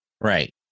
Right